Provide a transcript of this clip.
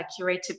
curated